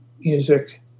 music